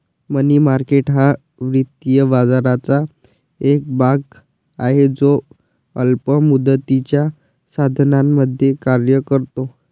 मनी market हा वित्तीय बाजाराचा एक भाग आहे जो अल्प मुदतीच्या साधनांमध्ये कार्य करतो